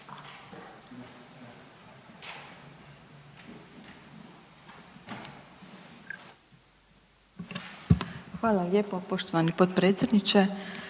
Hvala lijepo poštovani potpredsjedniče.